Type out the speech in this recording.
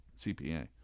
CPA